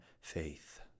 faith